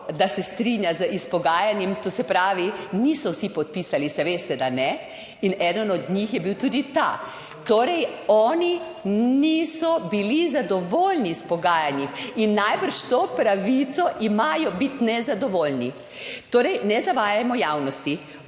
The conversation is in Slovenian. da se strinja z izpogajanim. To se pravi, niso vsi podpisali, saj veste, da ne. In eden od njih je bil tudi ta. Torej, oni niso bili zadovoljni s pogajanji in najbrž to pravico imajo, biti nezadovoljni. Torej, ne zavajajmo javnosti,